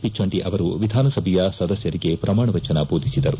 ಪಿಚಂಡಿ ಅವರು ವಿಧಾನಸಭೆಯ ಸದಸ್ಯರಿಗೆ ಪ್ರಮಾಣ ವಚನ ದೋಧಿಸಿದರು